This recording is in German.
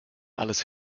alles